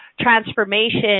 transformation